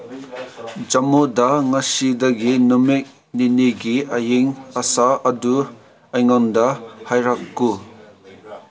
ꯖꯃꯨꯗ ꯉꯁꯤꯗꯒꯤ ꯅꯨꯃꯤꯠ ꯅꯤꯅꯤꯒꯤ ꯑꯌꯤꯡ ꯑꯁꯥ ꯑꯗꯨ ꯑꯩꯉꯣꯟꯗ ꯍꯥꯏꯔꯛꯎ